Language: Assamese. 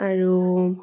আৰু